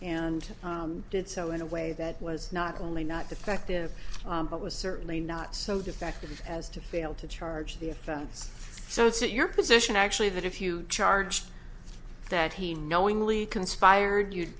and did so in a way that was not only not defective but was certainly not so defective as to fail to charge the offense so it's your position actually that if you charged that he knowingly conspired you'd